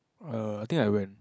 err I think I went